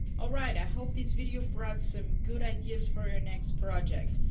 alright, i hope this video brought some good ideas for your next project!